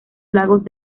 lagos